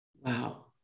Wow